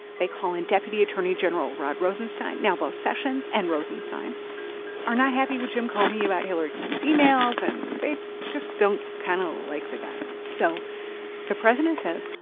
they call in deputy attorney general rod rosenstein. now, both sessions and rosenstein are not happy with jim comey about hillary clinton's emails, and they just don't kind of like the guy. so the president says,